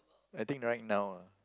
I think right now ah